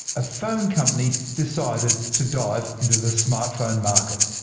a phone company decided to dive into the smartphone market.